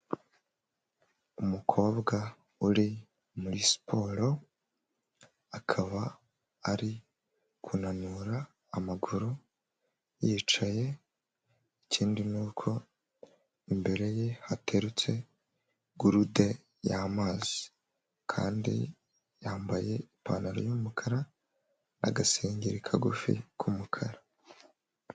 Umukobwa uri muri siporo akaba ari kunanura amaguru yicaye ikindi nuko imbere ye haterutse gurude y'amazi kandi yambaye ipantaro y'umukara n'agaseri kagufi k'umukara.